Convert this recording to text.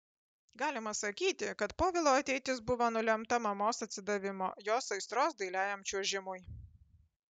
galima sakyti kad povilo ateitis buvo nulemta mamos atsidavimo jos aistros dailiajam čiuožimui